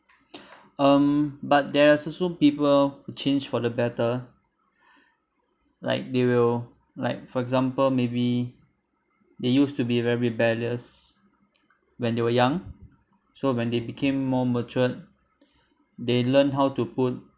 um but there are also people who changed for the better like they will like for example maybe they used to be very rebellious when they were young so when they became more mature they learned how to put